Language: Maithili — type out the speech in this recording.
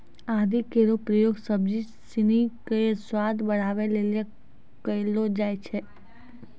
आदि केरो प्रयोग सब्जी सिनी क स्वाद बढ़ावै लेलि कयलो जाय छै